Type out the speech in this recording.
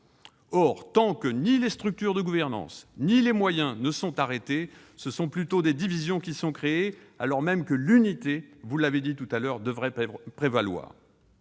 Or, tant que ni les structures de gouvernance ni les moyens ne sont arrêtés, ce sont plutôt des divisions qui sont créées, alors même que l'unité- vous l'avez dit -devrait prévaloir.